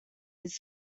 his